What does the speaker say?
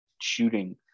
shooting